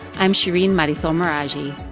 i'm shereen marisol meraji.